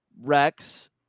Rex